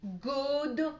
good